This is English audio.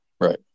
Right